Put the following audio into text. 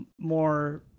more